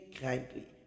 kindly